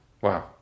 Wow